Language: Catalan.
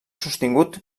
sostingut